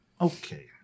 okay